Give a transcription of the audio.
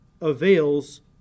avails